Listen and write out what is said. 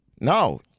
No